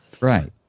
Right